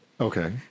Okay